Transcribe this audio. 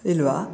ಇಲ್ಲವಾ